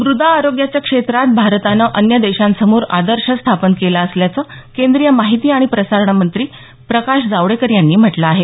मृदा आरोग्याच्या क्षेत्रात भारतानं अन्य देशांसमोर आदर्श स्थापन केला असल्याचं केंद्रीय माहिती आणि प्रसारण मंत्री प्रकाश जावडेकर यांनी म्हटलं आहे